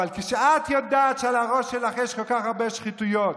אבל כשאת יודעת שעל הראש שלך יש כל כך הרבה שחיתויות,